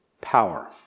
power